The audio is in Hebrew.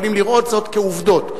יכולים לראות זאת כעובדות.